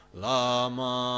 lama